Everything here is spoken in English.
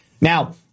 Now